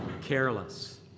careless